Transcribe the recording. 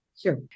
Sure